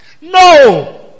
No